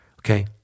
Okay